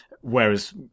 whereas